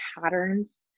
patterns